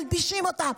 מלבישים אותם.